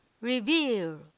reveal